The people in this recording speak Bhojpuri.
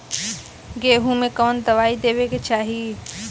गेहूँ मे कवन दवाई देवे के चाही?